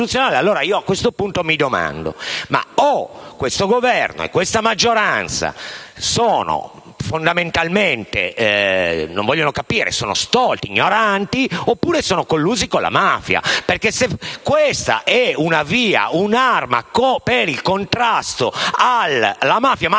A questo punto dico: o questo Governo e questa maggioranza fondamentalmente non vogliono capire, sono stolti e ignoranti, oppure sono collusi con la mafia. Se questa è una via, un'arma per il contrasto alla mafia, ma